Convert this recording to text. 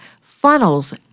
funnels